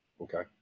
Okay